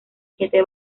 siete